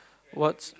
what's